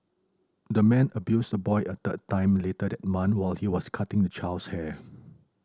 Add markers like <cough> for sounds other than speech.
the man abused the boy a third time later that month while he was cutting the child's hair <noise>